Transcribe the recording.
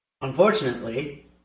Unfortunately